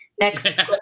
Next